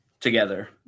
together